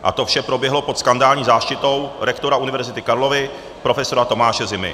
A to vše proběhlo pod skandální záštitou rektora Univerzity Karlovy profesora Tomáše Zimy.